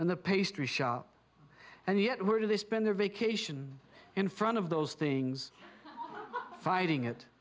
and the pastry shop and yet where do they spend their vacation in front of those things fighting it